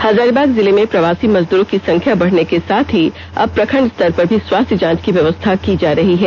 हजारीबाग जिले में प्रवासी मजदूरों की संख्या बढ़ने के साथ ही अब प्रखण्ड स्तर पर भी स्वास्थ्य जांच की व्यवस्था की जा रही है